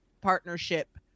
partnership